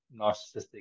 narcissistic